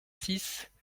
six